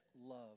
love